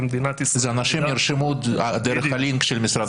כמדינת ישראל --- אנשים שנרשמו דרך הלינק של משרד החוץ.